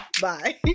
bye